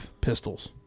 pistols